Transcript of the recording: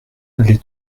les